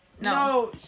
No